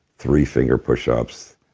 three-finger pushups.